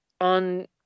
on